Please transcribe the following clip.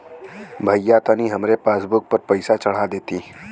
भईया तनि हमरे पासबुक पर पैसा चढ़ा देती